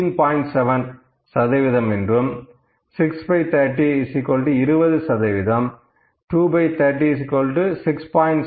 7 சதவீதம் 63020 சதவீதம் 230 6